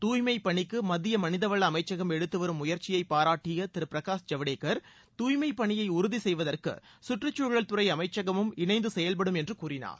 துய்மைப் பணிக்கு மத்திய மனிவள அமைச்சகம் எடுத்து வரும் முயற்சியை பாராட்டிய திரு பிரகாஷ் ஐவ்டேகர் தூய்மைப் பணியை உறுதி செய்வதற்கு சுற்றுச்சூழல்துறை அமைச்சகமும் இணைந்து செயல்படும் என்று கூறினார்